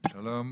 שלום,